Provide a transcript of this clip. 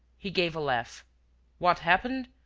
he gave a laugh what happened?